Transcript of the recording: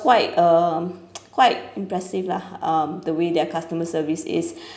quite a quite impressive lah um the way their customer service is